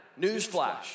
Newsflash